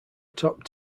top